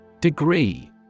Degree